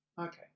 Okay